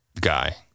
Guy